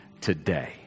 today